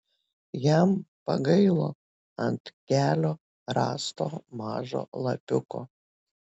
jam pagailo ant kelio rasto mažo lapiuko